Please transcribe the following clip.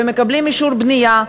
ומקבלים אישור בנייה,